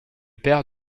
père